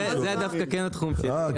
זה דווקא כן התחום שלי.